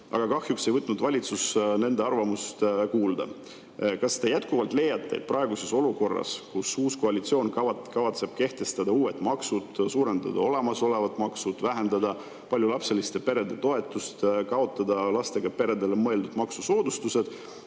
aga kahjuks ei ole valitsus võtnud nende arvamust kuulda. Kas te jätkuvalt ei leia, et praeguses olukorras, kus uus koalitsioon kavatseb kehtestada uued maksud, suurendada olemasolevaid makse, vähendada paljulapseliste perede toetust ja kaotada lastega peredele mõeldud maksusoodustused,